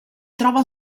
trova